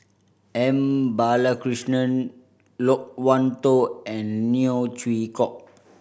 M Balakrishnan Loke Wan Tho and Neo Chwee Kok